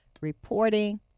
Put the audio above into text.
reporting